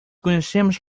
conhecemos